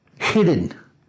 hidden